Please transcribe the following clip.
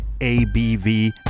ABV